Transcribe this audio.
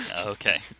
Okay